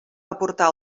aportar